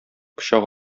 пычак